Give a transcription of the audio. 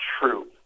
true